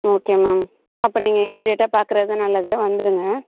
okay ma'am அப்போ நீங்கள் இமீடியட்டாக பார்க்கறது நல்லது வந்துடுங்க